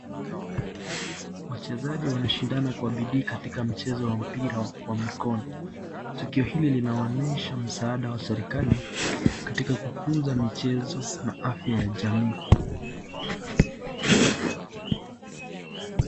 Wachezaji wanashindana kwa bidii katika mchezo wa mpira wa mikono, tukio hili linaonyesha msaada wa serikali katika kukuza michezo na afya ya jamii.